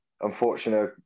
unfortunately